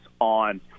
on